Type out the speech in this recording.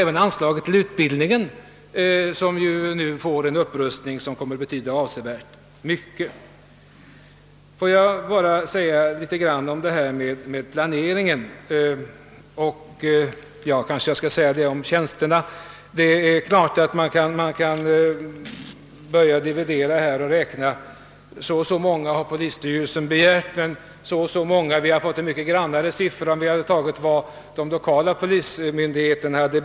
Vi fördubblar också utbildningsanslaget, en upprustning som kommer att betyda avsevärt. Nu kan man givetvis säga att så och så många tjänster har rikspolisstyrelsen begärt, men siffran hade blivit mycket högre om vi gått på de lokala myndigheternas äskanden.